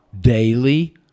daily